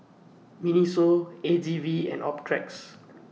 Miniso A G V and Optrex